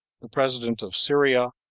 the president of syria,